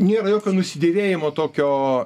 nėra jokio nusidėvėjimo tokio